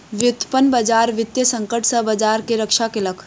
व्युत्पन्न बजार वित्तीय संकट सॅ बजार के रक्षा केलक